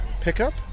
pickup